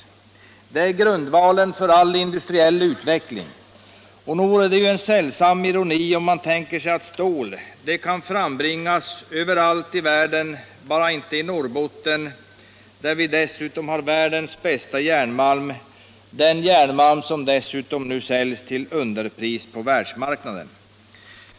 Stålet är grundvalen för all industriell utveckling, och nog vore det en sällsam ironi om man tänker sig att stål kan framställas överallt i världen bara inte i Norrbotten, där vi har världens bästa järnmalm, en järnmalm som dessutom nu säljs till underpris på världsmarknaden.